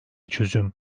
çözüm